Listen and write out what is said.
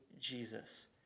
Jesus